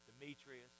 Demetrius